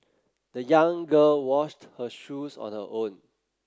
the young girl washed her shoes on her own